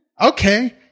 Okay